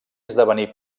esdevenir